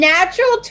Natural